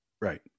Right